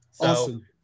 awesome